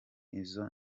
izo